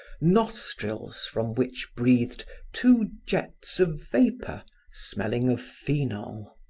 nostrils from which breathed two jets of vapor smelling of phenol.